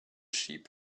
sheep